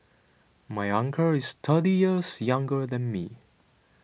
my uncle is thirty years younger than me